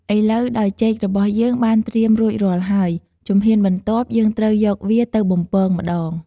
ឥឡូវដោយចេករបស់យើងបានត្រៀមរួចរាល់ហើយ ជំហានបន្ទាប់យើងត្រូវយកវាទៅបំពងម្ដង។